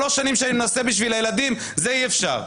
שלוש שנים שאני מנסה בשביל הילדים זה אי אפשר.